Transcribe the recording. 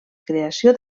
creació